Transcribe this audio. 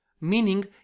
Meaning